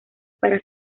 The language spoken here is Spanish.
para